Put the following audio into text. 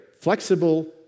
Flexible